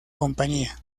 compañía